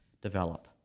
develop